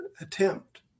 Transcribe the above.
attempt